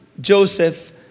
Joseph